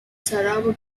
sarawak